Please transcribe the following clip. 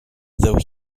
though